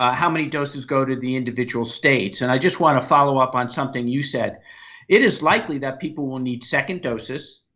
ah how many doses go to the individual states? and i just want to follow up on something you said it is likely that people will need second doses.